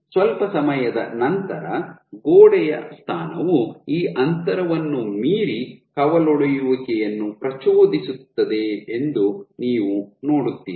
ಸ್ವಲ್ಪ ಸಮಯದ ನಂತರ ಗೋಡೆಯ ಸ್ಥಾನವು ಈ ಅಂತರವನ್ನು ಮೀರಿ ಕವಲೊಡೆಯುವಿಕೆಯನ್ನು ಪ್ರಚೋದಿಸುತ್ತದೆ ಎಂದು ನೀವು ನೋಡುತ್ತೀರಿ